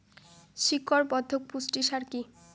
শিকড় বর্ধক পুষ্টি সার কি?